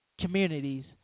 communities